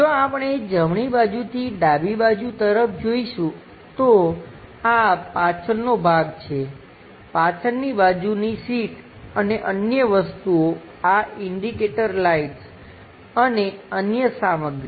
જો આપણે જમણી બાજુથી ડાબી બાજુ તરફ જોઈશું તો આ પાછળનો ભાગ છે પાછળની બાજુની સીટ અને અન્ય વસ્તુઓ આ ઇંડિકેટર લાઈટ્સ અને અન્ય સામગ્રી